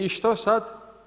I što sad?